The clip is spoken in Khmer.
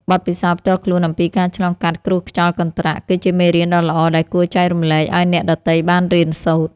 បទពិសោធន៍ផ្ទាល់ខ្លួនអំពីការឆ្លងកាត់គ្រោះខ្យល់កន្ត្រាក់ គឺជាមេរៀនដ៏ល្អដែលគួរចែករំលែកឱ្យអ្នកដទៃបានរៀនសូត្រ។